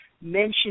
mention